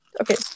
Okay